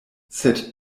sed